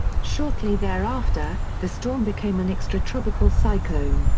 shortly thereafter, the storm became an extratropical cyclone,